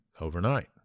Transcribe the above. overnight